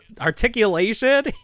articulation